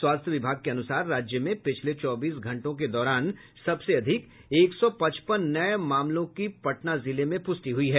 स्वास्थ्य विभाग के अनुसार राज्य में पिछले चौबीस घंटों के दौरान सबसे अधिक एक सौ पचपन नये मामलों की पटना जिले में पूष्टि हुई है